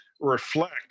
reflect